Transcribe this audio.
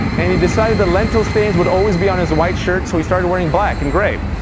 and he decided that lentil stains would always be on his white shirts. so he started wearing black and gray.